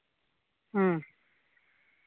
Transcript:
ᱦᱮᱸ